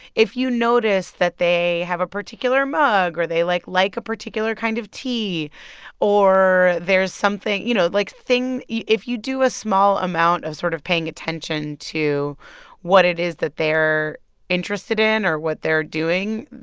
if you notice that they have a particular mug or they, like, like a particular kind of tea or there's something you know, like, thing if you do a small amount of sort of paying attention to what it is that they're interested in or what they're doing,